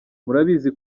murabizi